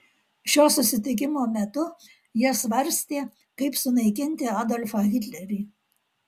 šio susitikimo metu jie svarstė kaip sunaikinti adolfą hitlerį